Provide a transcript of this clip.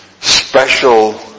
special